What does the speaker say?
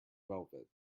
velvet